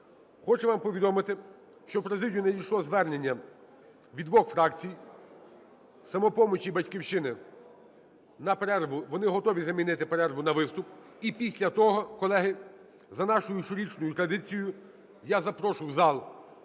Хочу вам повідомити, що в президію надійшло звернення від двох фракцій, "Самопомочі" і "Батьківщини", на перерву, вони готові замінити перерву на виступ. І після того, колеги, за нашою щорічною традицією я запрошу в зал